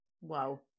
Wow